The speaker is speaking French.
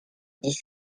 dix